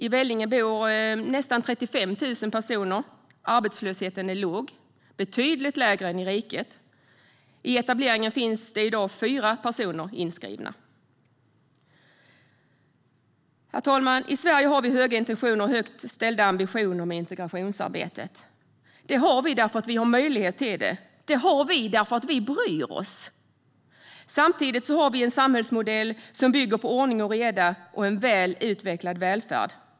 I Vellinge bor nästan 35 000 personer. Arbetslösheten är låg. Den är betydligt lägre än i riket. I etableringen finns det i dag fyra personer inskrivna. Herr talman! I Sverige har vi höga intentioner och högt ställda ambitioner med integrationsarbetet. Det har vi därför att vi har möjlighet till det. Det har vi därför att vi bryr oss. Samtidigt har vi en samhällsmodell som bygger på ordning och reda och en väl utvecklad välfärd.